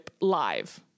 live